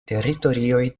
teritorioj